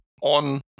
on